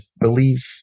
believe